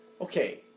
Okay